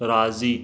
राज़ी